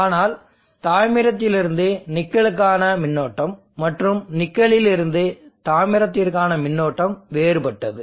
ஆனால் தாமிரத்திலிருந்து நிக்கலுக்கான மின்னோட்டம் மற்றும் நிக்கலில் இருந்து தாமிரத்திற்கான மின்னோட்டம் வேறுபட்டது